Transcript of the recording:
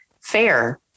fair